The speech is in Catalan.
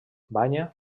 banya